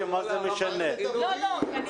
תדברי אחריו.